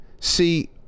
See